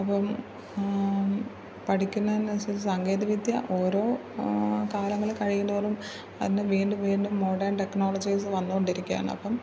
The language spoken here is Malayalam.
അപ്പം പഠിക്കുന്നത് അനുസരിച്ച് സാങ്കേതികവിദ്യ ഓരോ കാലങ്ങൾ കഴിയും തോറും അതിന് വീണ്ടും വീണ്ടും മോഡേൺ ടെക്നോളജിസ് വന്നു കൊണ്ടിരിക്കുകയാണ് അപ്പം